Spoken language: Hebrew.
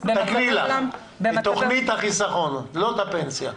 את תוכנית החיסכון, לא את הפנסיה.